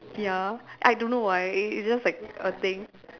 ya I don't know why it it's just like a thing